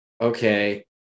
okay